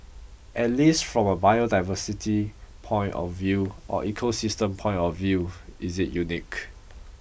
at least from a biodiversity point of view or ecosystem point of view is it unique